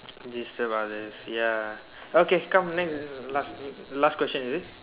and you still about this ya okay come next last last question is it